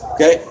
Okay